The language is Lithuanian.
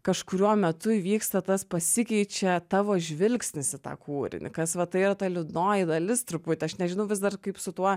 kažkuriuo metu įvyksta tas pasikeičia tavo žvilgsnis į tą kūrinį kas va tai yra ta liūdnoji dalis truputį aš nežinau vis dar kaip su tuo